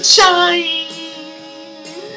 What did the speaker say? shine